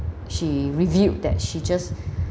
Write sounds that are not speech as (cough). she revealed that she just (breath)